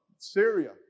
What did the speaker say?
Syria